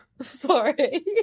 Sorry